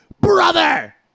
brother